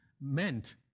meant